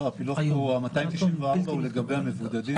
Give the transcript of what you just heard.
לא, 294 הוא לגבי המבודדים.